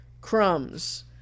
crumbs